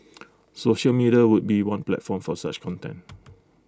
social media would be one platform for such content